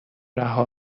رها